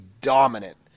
dominant